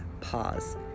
pause